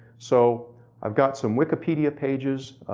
so i've got some wikipedia pages,